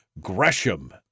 Gresham